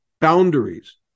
boundaries